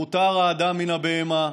מותר האדם מן הבהמה.